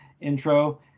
intro